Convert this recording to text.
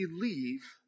believe